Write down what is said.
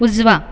उजवा